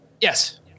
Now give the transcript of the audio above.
Yes